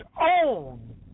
own